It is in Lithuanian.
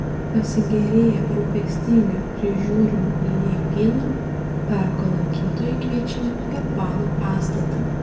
pasigėrėję rūpestingai prižiūrimu liepynu parko lankytojai kviečiami į apvalų pastatą